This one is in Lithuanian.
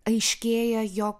aiškėja jog